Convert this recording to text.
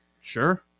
Sure